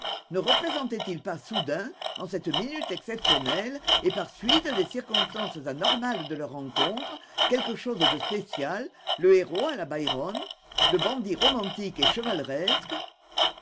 ne représentait il pas soudain en cette minute exceptionnelle et par suite des circonstances anormales de leurs rencontres quelque chose de spécial le héros à la byron le bandit romantique et chevaleresque